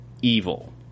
evil